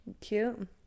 cute